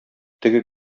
теге